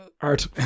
art